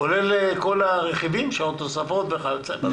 כולל כל הרכיבים, שעות נוספות וכיוצא בזה?